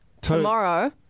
tomorrow